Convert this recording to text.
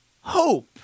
hope